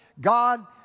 God